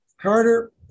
Carter